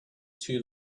too